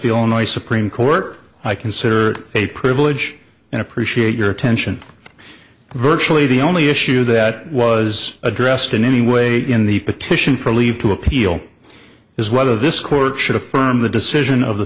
only supreme court i consider a privilege and appreciate your attention virtually the only issue that was addressed in any way in the petition for leave to appeal is whether this court should affirm the decision of the